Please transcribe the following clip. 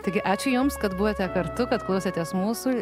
taigi ačiū jums kad buvote kartu kad klausėtės mūsų